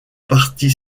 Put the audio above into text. partie